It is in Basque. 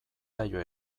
zaio